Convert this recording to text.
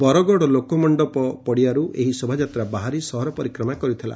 ବରଗଡ଼ ଲୋକମଣ୍ଡପ ପଡ଼ିଆରୁ ଏହି ଶୋଭାଯାତ୍ରା ବାହାରି ସହର ପରିକ୍ରମା କରିଥିଲା